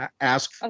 ask